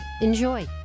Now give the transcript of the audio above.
Enjoy